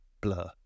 blur